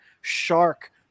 shark